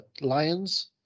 lions